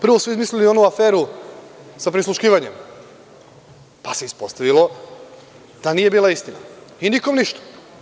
Prvo su izmislili onu aferu sa prisluškivanjem pa se ispostavilo da nije bila istina i nikomeništa.